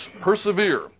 persevere